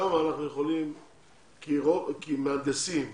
שם אנחנו יכולים כי מהנדסים למשל,